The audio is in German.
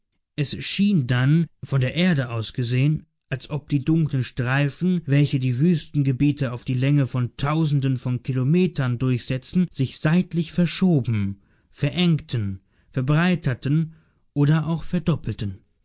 es schien dann von der erde aus gesehen als ob die dunklen streifen welche die wüstengebiete auf die länge von tausenden von kilometern durchsetzen sich seitlich verschoben verengten verbreiterten oder auch verdoppelten